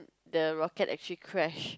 the rocket actually crash